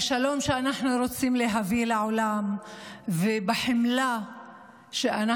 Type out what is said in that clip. בשלום שאנחנו רוצים להביא לעולם ובחמלה שאנחנו